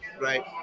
Right